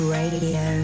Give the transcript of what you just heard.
Radio